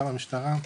גם המשטרה,